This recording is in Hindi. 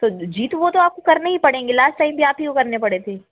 तो जी तो वह तो आपको करने ही पड़ेंगे लास्ट टाइम भी आप ही को करने पड़े थे